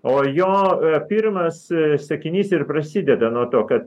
o jo pirmas sakinys ir prasideda nuo to kad